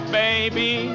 baby